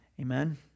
Amen